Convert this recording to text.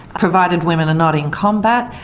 provided women are not in combat,